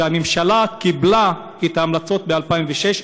והממשלה קיבלה את ההמלצות ב-2006,